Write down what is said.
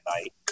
night